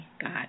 God